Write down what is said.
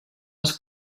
els